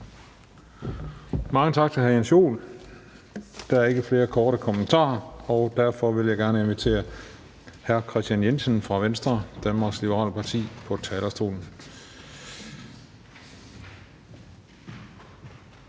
Mange tak til hr. Jens Joel. Der er ikke flere korte bemærkninger, og derfor vil jeg gerne invitere hr. Kristian Jensen fra Venstre, Danmarks Liberale Parti, på talerstolen.